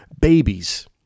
babies